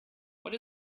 what